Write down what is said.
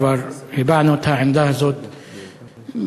כבר הבענו את העמדה הזאת בעבר.